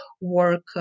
work